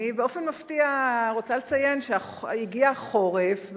אני באופן מפתיע רוצה לציין שהגיע החורף,